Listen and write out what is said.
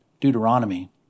Deuteronomy